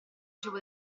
cibo